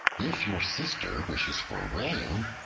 if your sister wishes for rain,